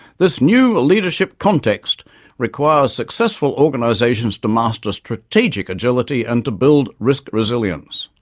this new leadership context requires successful organizations to master strategic agility and to build risk resilience.